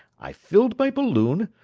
i filled my balloon,